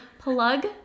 plug